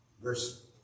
Verse